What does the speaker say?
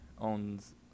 owns